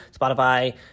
Spotify